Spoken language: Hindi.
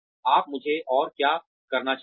आप मुझे और क्या करना चाहेंगे